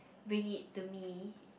bring it to me